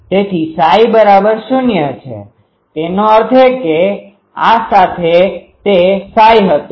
તેથી Ψ0 છે તેનો અર્થ એ કે આ સાથે તે Ψ હતું